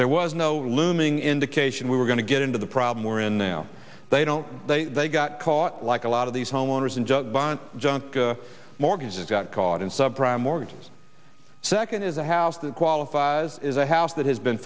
there was no looming indication we were going to get into the problem we're in now don't they got caught like a lot of these homeowners in junk bonds junk mortgages got caught in sub prime mortgages second is a house that qualifies as a house that has been